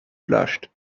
blushed